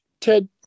Ted